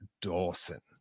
Dawson